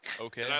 Okay